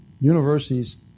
universities